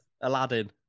Aladdin